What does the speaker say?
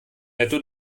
netto